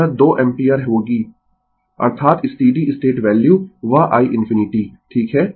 तो यह 2 एम्पीयर होगी अर्थात स्टीडी स्टेट वैल्यू वह i ∞ ठीक है